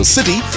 City